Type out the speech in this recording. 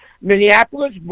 Minneapolis